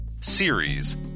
Series